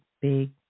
big